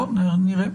בוא נראה.